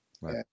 Right